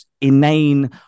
inane